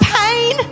pain